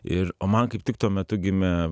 ir o man kaip tik tuo metu gimė